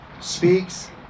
speaks